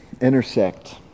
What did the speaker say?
intersect